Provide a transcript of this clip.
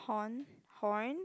porn horn